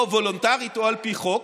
או וולונטרית או על פי חוק,